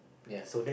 ya